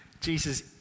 Jesus